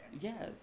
Yes